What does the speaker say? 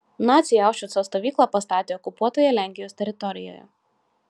naciai aušvico stovyklą pastatė okupuotoje lenkijos teritorijoje